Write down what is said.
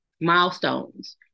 milestones